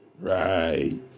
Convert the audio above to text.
Right